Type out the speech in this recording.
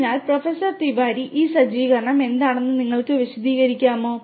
അതിനാൽ പ്രൊഫസർ തിവാരി ഈ സജ്ജീകരണം എന്താണെന്ന് നിങ്ങൾക്ക് വിശദീകരിക്കാമോ